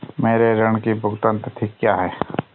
मेरे ऋण की भुगतान तिथि क्या है?